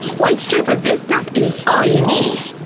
one strip of this stuff is all you need.